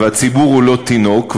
והציבור הוא לא תינוק.